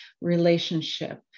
relationship